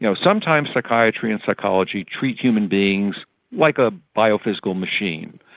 you know sometimes psychiatry and psychology treats human beings like a biophysical machine.